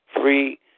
free